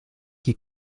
qui